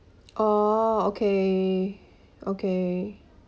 oh okay okay